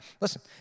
Listen